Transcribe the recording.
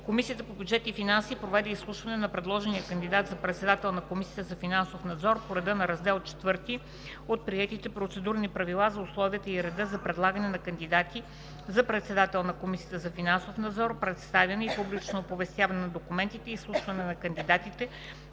Комисията по бюджет и финанси проведе изслушване на предложения кандидат за председател на Комисията за финансов надзор по реда на Раздел IV от приетите Процедурни правила за условията и реда за предлагане на кандидати за председател на Комисията за финансов надзор, представяне и публично оповестяване на документите и изслушването на кандидатите